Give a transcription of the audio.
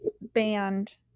band